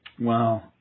Wow